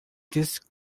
this